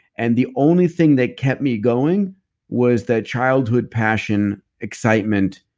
and the only thing that kept me going was that childhood passion, excitement,